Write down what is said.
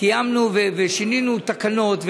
שינינו תקנות,